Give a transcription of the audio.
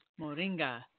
Moringa